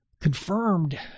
confirmed